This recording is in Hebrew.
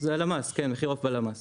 זה המדד של הלמ"ס